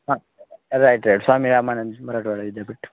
हा राईट रईड स्वामी रामानंद मराठवाडा विद्यापीठ